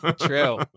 True